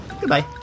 Goodbye